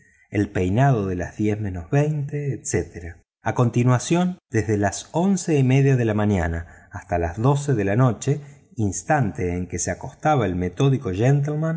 el peinado de las diez menos veinte etc a continuación desde las once de la noche instantes en que se acostaba el metódico